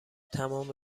تمام